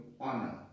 honor